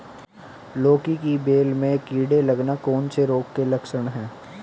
लौकी की बेल में कीड़े लगना कौन से रोग के लक्षण हैं?